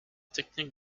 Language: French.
technique